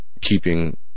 keeping